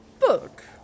book